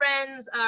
friends